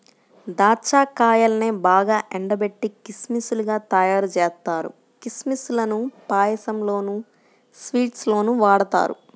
దాచ్చా కాయల్నే బాగా ఎండబెట్టి కిస్మిస్ లుగా తయ్యారుజేత్తారు, కిస్మిస్ లను పాయసంలోనూ, స్వీట్స్ లోనూ వాడతారు